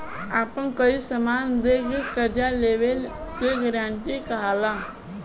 आपन कोई समान दे के कर्जा लेला के गारंटी कहला